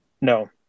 No